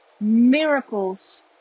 miracles